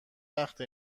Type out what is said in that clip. وقته